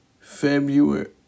February